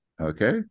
okay